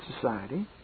society